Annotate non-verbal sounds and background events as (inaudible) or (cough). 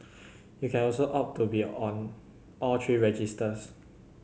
(noise) you can also opt to be on all three registers